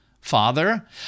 Father